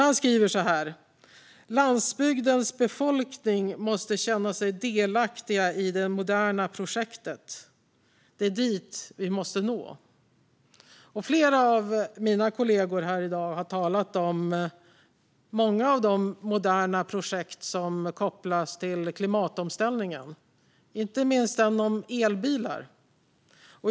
Han skriver: "Landsbygdens befolkning behöver få känna sig delaktiga i det moderna projektet, det är dit vi måste nå." Flera av mina kollegor har här i dag talat om många av de moderna projekt som kopplas till klimatomställningen, inte minst elbilar.